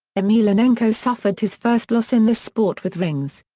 emelianenko suffered his first loss in the sport with rings.